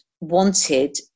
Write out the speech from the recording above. wanted